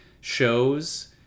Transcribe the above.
shows